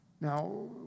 Now